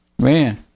Man